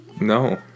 No